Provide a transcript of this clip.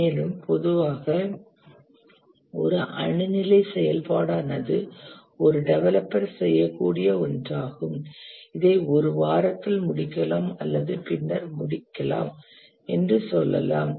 மேலும் பொதுவாக ஒரு அணு நிலை செயல்பாடானது ஒரு டெவலப்பர் செய்யக்கூடிய ஒன்றாகும் இதை ஒரு வாரத்தில் முடிக்கலாம் அல்லது பின்னர் முடிக்கலாம் என்று சொல்லலாம்